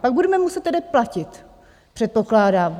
Pak budeme muset tedy platit, předpokládám.